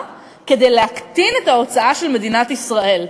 כדי להקטין את ההוצאה של מדינת ישראל.